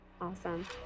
Awesome